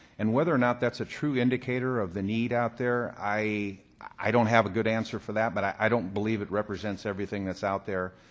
and whether or not that's a true indicator of the need out there, i i don't have a good answer for that, but i don't believe it represents everything that's out there.